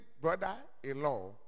brother-in-law